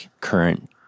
current